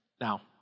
now